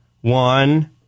One